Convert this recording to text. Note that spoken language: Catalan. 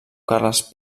carles